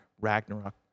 Ragnarok